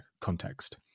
context